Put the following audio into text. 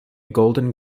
golden